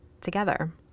together